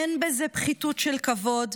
אין בזה פחיתות של כבוד